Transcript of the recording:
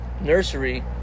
Nursery